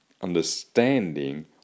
understanding